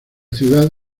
ciudad